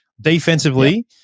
Defensively